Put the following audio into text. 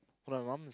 no my mom's